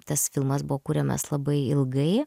tas filmas buvo kuriamas labai ilgai